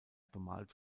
bemalt